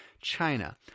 China